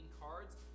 cards